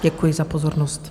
Děkuji za pozornost.